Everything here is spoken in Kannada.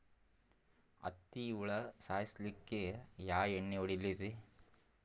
ಹತ್ತಿ ಹುಳ ಸಾಯ್ಸಲ್ಲಿಕ್ಕಿ ಯಾ ಎಣ್ಣಿ ಹೊಡಿಲಿರಿ?